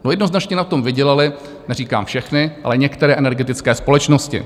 No jednoznačně na tom vydělaly, neříkám všechny, ale některé energetické společnosti.